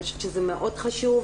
אני חושבת שזה מאוד חשוב.